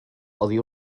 oddi